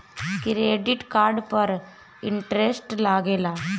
Credit card पर interest लागेला?